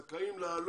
כאלה שזכאים לעלות?